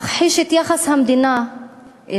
גם מכחיש את יחס המדינה אלי.